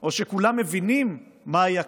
או שכולם מבינים מהי הכוונה,